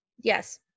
Yes